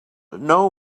know